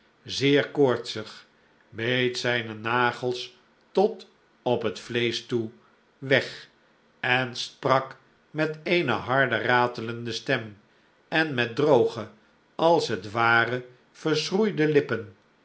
zeer koortsig beet zijne nagels tot op het vleesch toe weg en sprak met eene harde ratelende stem en met droge als het ware verschroeide lippen